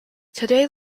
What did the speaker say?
today